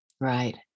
Right